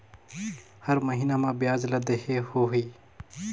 हर महीना मा ब्याज ला देहे होही?